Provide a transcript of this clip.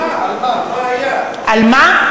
על מה?